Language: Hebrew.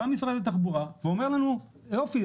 בא משרד התחבורה ואומר לנו: יופי,